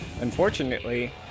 Unfortunately